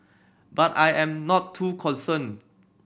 but I am not too concerned